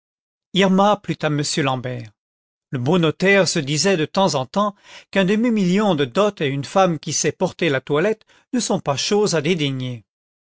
irma plut à m l'ambert le beau notaire se disait de temps en temps qu'un demi-million de dot et une femme qui sait porter la toilette ne sont pas choses à dédaigner